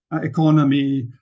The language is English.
economy